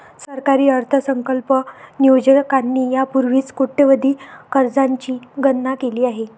सरकारी अर्थसंकल्प नियोजकांनी यापूर्वीच कोट्यवधी कर्जांची गणना केली आहे